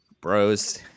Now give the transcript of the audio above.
Bros